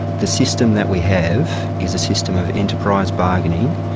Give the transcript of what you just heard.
the system that we have is a system of enterprise bargaining,